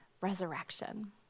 resurrection